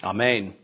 Amen